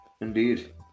indeed